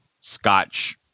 scotch